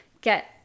get